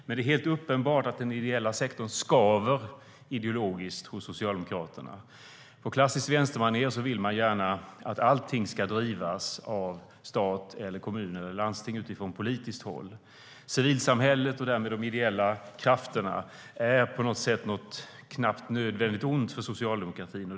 Men det är helt uppenbart att den ideella sektorn skaver ideologiskt hos Socialdemokraterna. På klassiskt vänstermanér vill man gärna att allting ska drivas av stat, kommuner eller landsting från politiskt håll. Civilsamhället och därmed de ideella krafterna är på något sätt något knappt nödvändigt ont för socialdemokratin.